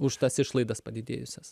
už tas išlaidas padidėjusias